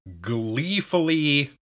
gleefully